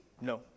no